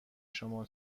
شما